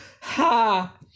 Ha